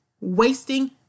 wasting